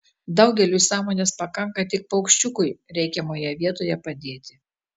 daugeliui sąmonės pakanka tik paukščiukui reikiamoje vietoje padėti